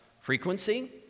frequency